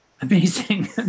Amazing